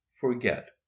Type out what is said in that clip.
forget